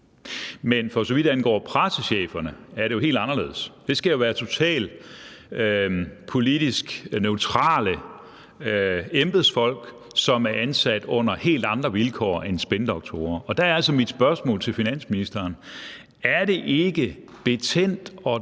Men for så vidt angår pressecheferne, er det jo helt anderledes. Det skal jo være totalt politisk neutrale embedsfolk, som er ansat under helt andre vilkår end spindoktorer. Og der er mit spørgsmål til finansministeren så: Er det ikke betændt og